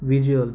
visual